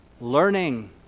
learning